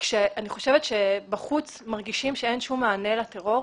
שמכיוון שבחוץ מרגישים שאין שום מענה לטרור,